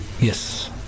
Yes